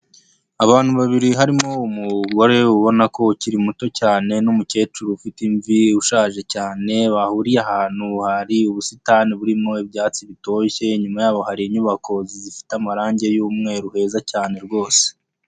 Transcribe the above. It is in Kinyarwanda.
Abantu babiri harimo umugore ubona ko ukiri muto cyane n'umukecuru ufite imvi ushaje cyane, bahuriye ahantu hari ubusitani burimo ibyatsi bitoshye inyuma yabo hari inyubako zifite amarangi y'umweru heza cyane rwose.